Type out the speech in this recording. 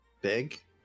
big